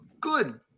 good